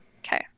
Okay